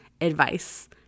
advice